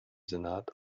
senat